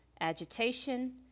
agitation